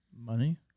Money